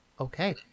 Okay